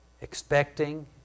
expecting